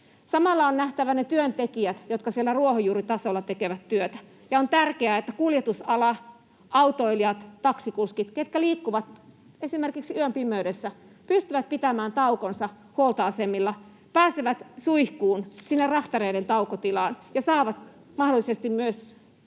Samalla on nähtävä ne työntekijät, jotka siellä ruohonjuuritasolla tekevät työtä, ja on tärkeää, että kuljetusala, autoilijat, taksikuskit, jotka liikkuvat esimerkiksi yön pimeydessä, pystyvät pitämään taukonsa huoltoasemilla, pääsevät suihkuun sinne rahtareiden taukotilaan ja saavat mahdollisesti myös